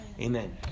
Amen